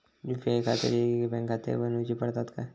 UPI खातीर येगयेगळे बँकखाते बनऊची पडतात काय?